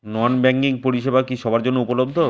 নন banking পরিষেবা কি সবার জন্য উপলব্ধ?